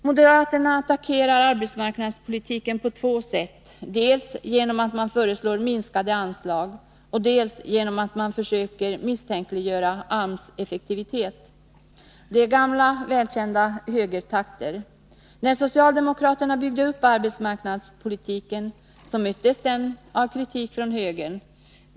Moderaterna attackerar arbetsmarknadspolitiken på två sätt: dels genom att föreslå minskade anslag, dels genom att försöka misstänkliggöra AMS effektivitet. Det är gamla välkända högertakter. När socialdemokraterna byggt upp arbetsmarknadspolitiken möttes de av kritik från högern.